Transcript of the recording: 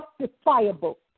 justifiable